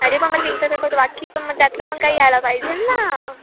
अरे मग मग तीनच पेपर बाकी पण मग त्यातलं मग काही यायला पाहिजेल ना